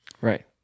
Right